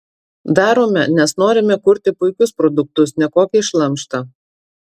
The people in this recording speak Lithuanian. darome nes norime kurti puikius produktus ne kokį šlamštą